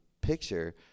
picture